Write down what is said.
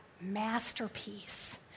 masterpiece